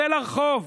צא לרחוב,